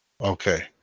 Okay